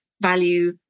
value